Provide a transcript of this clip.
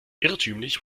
irrtümlich